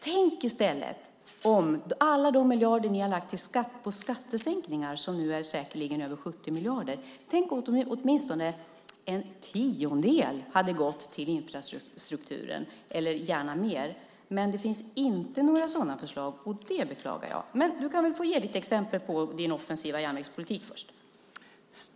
Tänk om åtminstone en tiondel av alla de miljarder ni har lagt på skattesänkningar, nu säkert över 70 miljarder, hade gått till infrastrukturen - gärna mer. Men det finns inte några sådana förslag. Det beklagar jag. Men du kan få ge ditt exempel på din offensiva järnvägspolitik först.